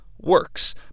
works